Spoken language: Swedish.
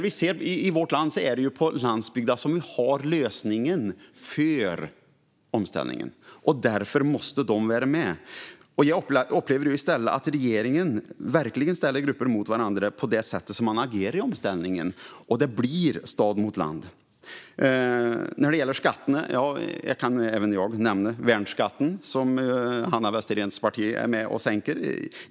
I vårt land är det på landsbygden som man har lösningen för omställningen. Därför måste landsbygden vara med. Jag upplever nu i stället att regeringen verkligen ställer grupper mot varandra genom det sätt man agerar i omställningen, och det blir stad mot land. Även jag kan nämna värnskatten, som Hanna Westeréns parti är med om att sänka.